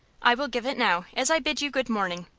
i will give it now, as i bid you good-morning.